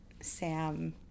sam